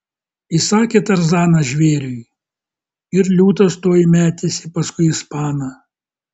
įsakė tarzanas žvėriui ir liūtas tuoj metėsi paskui ispaną